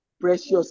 precious